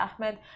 Ahmed